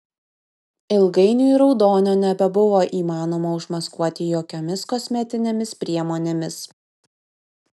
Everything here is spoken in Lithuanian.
ilgainiui raudonio nebebuvo įmanoma užmaskuoti jokiomis kosmetinėmis priemonėmis